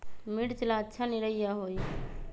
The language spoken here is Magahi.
मिर्च ला अच्छा निरैया होई?